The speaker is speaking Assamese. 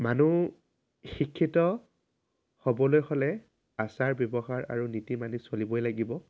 মানুহ শিক্ষিত হ'বলৈ হ'লে আচাৰ ব্যৱহাৰ আৰু নীতি মানি চলিবই লাগিব